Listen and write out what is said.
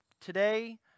Today